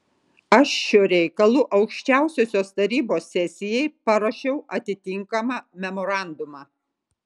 aš šiuo reikalu aukščiausiosios tarybos sesijai paruošiau atitinkamą memorandumą